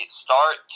start